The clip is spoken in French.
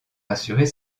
assurer